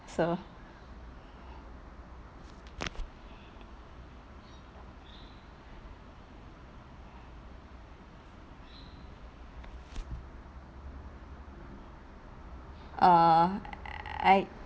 so err I